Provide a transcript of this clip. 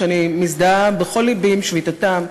שאני מזדהה בכל לבי עם שביתתם,